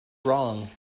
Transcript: wrong